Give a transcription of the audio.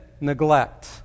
neglect